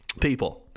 people